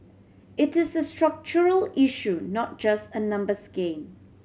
it is a structural issue not just a numbers game